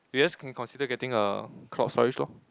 I guess can consider getting a cloud storage lor